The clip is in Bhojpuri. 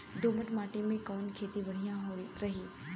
दोमट माटी में कवन खेती बढ़िया रही?